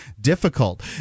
difficult